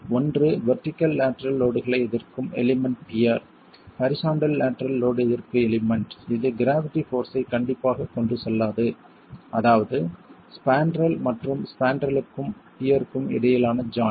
ஒன்று vertical lateral லோட்களை எதிர்க்கும் element pier horizontal lateral load எதிர்ப்பு எலிமெண்ட் இது க்ராவிட்டி போர்ஸ் ஐ கண்டிப்பாக கொண்டு செல்லாது அதாவது ஸ்பாண்ட்ரல் மற்றும் ஸ்பேண்ட்ரலுக்கும் பியர்க்கும் இடையிலான ஜாய்ண்ட்